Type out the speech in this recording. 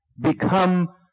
become